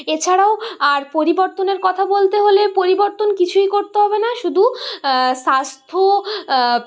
এছাড়াও আর পরিবর্তনের কথা বলতে হলে পরিবর্তন কিছুই করতে হবে না শুধু স্বাস্থ্য